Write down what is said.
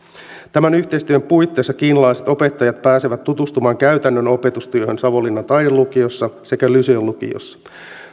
tämän yhteistyön puitteissa kiinalaiset opettajat pääsevät tutustumaan käytännön opetustyöhön savonlinnan taidelukiossa sekä lyseon lukiossa